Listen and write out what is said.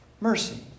mercy